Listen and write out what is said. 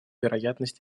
вероятность